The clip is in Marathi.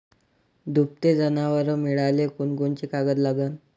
दुभते जनावरं मिळाले कोनकोनचे कागद लागन?